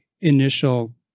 initial